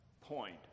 point